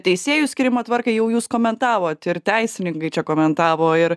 teisėjų skyrimo tvarką jau jūs komentavote ir teisininkai čia komentavo ir